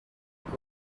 que